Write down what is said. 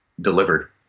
delivered